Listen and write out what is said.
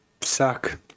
suck